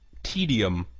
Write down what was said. tedium,